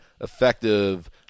effective